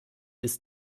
ist